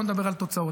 בואו נדבר על תוצאות.